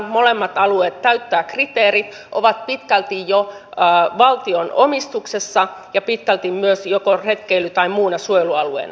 molemmat alueet täyttävät kriteerit ovat pitkälti jo valtion omistuksessa ja pitkälti myös joko retkeily tai muuna suojelualueena